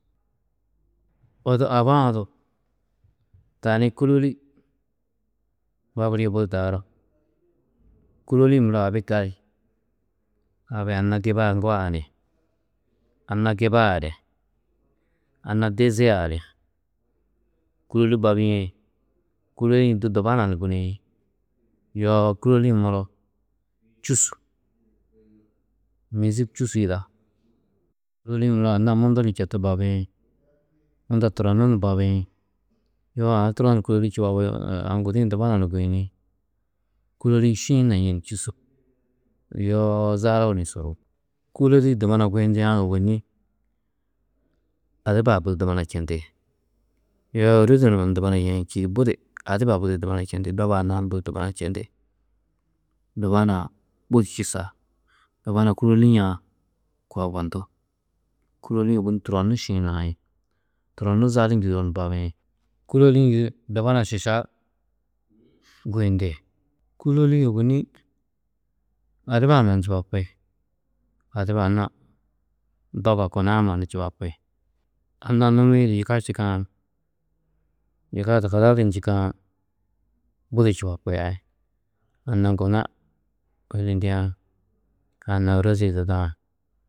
Odu aba-ã du tani kûloli babirîe budi daaru, kûloli-ĩ muro abi gali, abi anna gibaa ŋgoa ni, anna gibaa ni, anna dizia ni, kûloli babîe, kûloli-ĩ du dubana guniĩ yoo kûloli-ĩ muro čûsu, mîzik čûsu yida, kûloli-ĩ muro anna mundu ni četu babiĩ, unda turonnu ni babiĩ yoo aũ turo ni kûloli Čubabi, aũ gudi-ĩ dubana ni guyini. Kûloli-ĩ šiĩ naîe ni čûsu, yoo zaluu ni suru. Kûloli-ĩ dubana guyindiã ôwonni adiba-ã budi dubana čendi, yoo ôroze na dubana yeĩ čîidi budi adiba budi dubana čendi, doba anna ni budi dubana čendi. Dubana-ã budi čûsa dubana kûlolia-ã koo yugondú, kûloli-ĩ ôwonni turonnu šiĩ nai, turonnu zalu njîdoo ni babiĩ. Kûloli-ĩ du dubana šiša guyindi, kûloli-ĩ ôwonni adiba-ã mannu čubapi, adiba anna doba kuna-ã mannu čubapi, anna-ã numi-ĩ du yiga čîkã, yiga kadadi-ĩ čîkã budi čubapi a, anna gona anna ôroze yidadã.